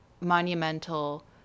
monumental